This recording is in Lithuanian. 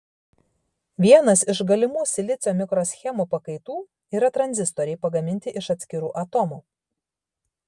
vienas iš galimų silicio mikroschemų pakaitų yra tranzistoriai pagaminti iš atskirų atomų